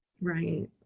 Right